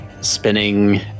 spinning